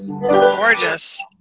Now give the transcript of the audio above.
Gorgeous